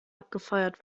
abgefeuert